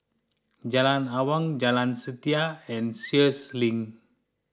Jalan Awang Jalan Setia and Sheares Link